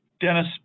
Dennis